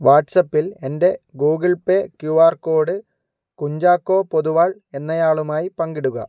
വാട്ട്സ്ആപ്പിൽ എൻ്റെ Google Pay Q R code Kunchacko Poduval എന്നയാളുമായി പങ്കിടുക